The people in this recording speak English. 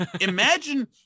Imagine